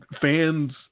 Fans